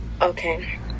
Okay